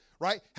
right